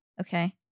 okay